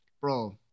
Bro